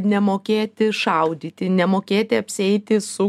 nemokėti šaudyti nemokėti apsieiti su